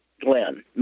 Glenn